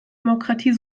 demokratie